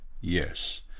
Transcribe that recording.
Yes